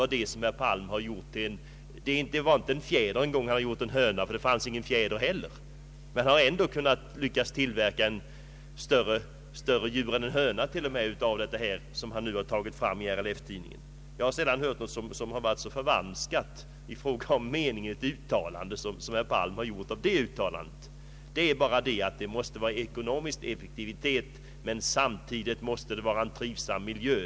Det fanns inte ens en fjäder av vad herr Palm har gjort till en höna — eller t.o.m. ett ännu större djur. Jag har sällan hört något som så förvanskat meningen i ett uttalande, som herr Palms referat. Man måste eftersträva ekonomisk effektivitet, men samtidigt måste man sörja för bevarandet av en trivsam miljö.